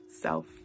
self